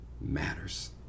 matters